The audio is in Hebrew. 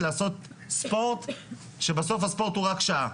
לעשות ספורט שבסוף הספורט הוא רק שעה.